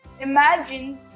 Imagine